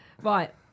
Right